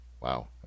Wow